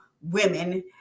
women